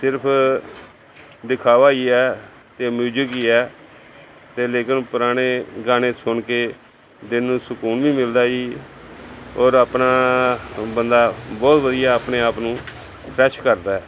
ਸਿਰਫ ਦਿਖਾਵਾ ਹੀ ਹੈ ਅਤੇ ਮਿਊਜਿਕ ਹੀ ਹੈ ਅਤੇ ਲੇਕਿਨ ਪੁਰਾਣੇ ਗਾਣੇ ਸੁਣ ਕੇ ਦਿਲ ਨੂੰ ਸਕੂਨ ਵੀ ਮਿਲਦਾ ਜੀ ਔਰ ਆਪਣਾ ਬੰਦਾ ਬਹੁਤ ਵਧੀਆ ਆਪਣੇ ਆਪ ਨੂੰ ਫਰੈਸ਼ ਕਰਦਾ